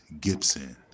Gibson